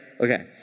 Okay